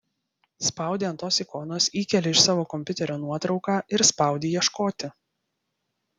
spaudi ant tos ikonos įkeli iš savo kompiuterio nuotrauką ir spaudi ieškoti